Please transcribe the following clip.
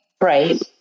Right